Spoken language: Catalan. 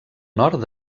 nord